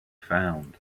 found